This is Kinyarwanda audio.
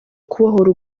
kubohora